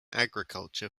agriculture